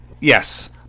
Yes